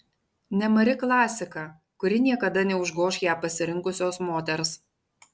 nemari klasika kuri niekada neužgoš ją pasirinkusios moters